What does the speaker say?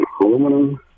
aluminum